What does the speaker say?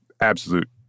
absolute